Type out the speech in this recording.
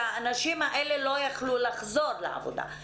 האנשים האלה לא יוכלו לחזור לעבודה.